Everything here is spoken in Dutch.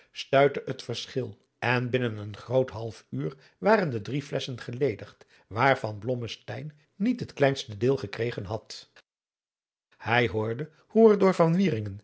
stuitte het verschil en binnen een groot half uur waren de drie flesschen geledigd waarvan blommesteyn niet het kleinste deel gekregen had hij hoorde hoe er door